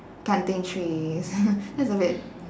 planting trees that's a bit